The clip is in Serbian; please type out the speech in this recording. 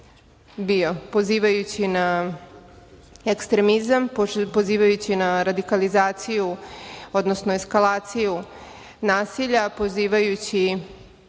bio, pozivajući na ekstremizam, pozivajući na radikalizaciju, odnosno eskalaciju nasilja, pozivajući